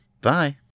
Bye